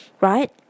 right